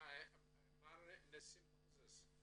ניסים מוזס,